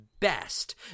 best